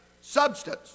substance